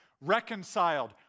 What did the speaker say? reconciled